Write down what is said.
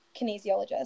kinesiologist